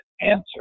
answer